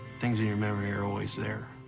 things in your memory are always there.